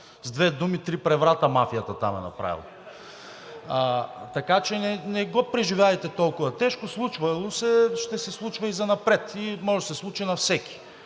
С две думи, три преврата мафията там е направила. Така че не го преживявайте толкова тежко. Случвало се е, ще се случва и занапред, и може да се случи на всеки.